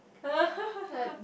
uh